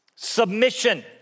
Submission